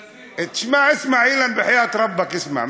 תשמע, איסמע אילן, בחייאת רבאק, איסמע.